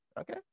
Okay